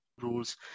rules